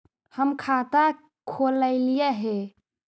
हम खाता खोलैलिये हे?